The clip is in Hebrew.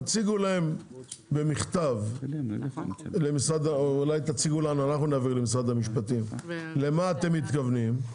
תציגו לנו במכתב אנחנו נעביר למשרד המשפטים - למה אתם מתכוונים,